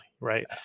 Right